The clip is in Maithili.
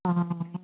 हँ